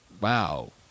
Wow